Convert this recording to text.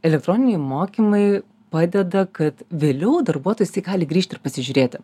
elektroniniai mokymai padeda kad vėliau darbuotojas jisai gali grįžti ir pasižiūrėti